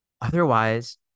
Otherwise